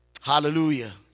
Hallelujah